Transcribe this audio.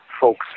folks